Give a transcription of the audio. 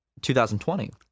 2020